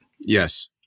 Yes